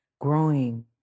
growing